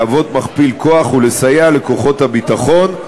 להוות מכפיל כוח ולסייע לכוחות הביטחון,